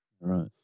Right